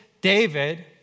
David